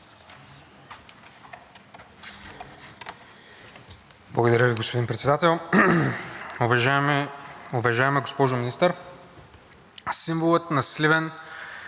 Благодаря Ви, господин Председател. Уважаема госпожо Министър, символът на Сливен